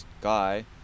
guy